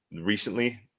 recently